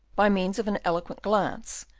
by means of an eloquent glance,